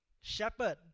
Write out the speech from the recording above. shepherd